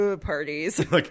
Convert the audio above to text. parties